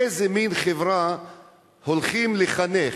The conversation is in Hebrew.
איזה מין חברה הולכים לחנך?